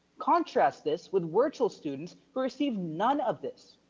contrast this with virtual students who receive none of this.